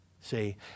See